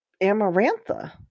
Amarantha